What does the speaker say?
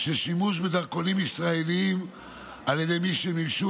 של שימוש בדרכונים ישראליים על ידי מי שמימשו